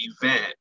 event